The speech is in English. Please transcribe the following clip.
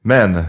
Men